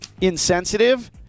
insensitive